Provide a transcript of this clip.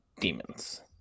demons